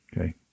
Okay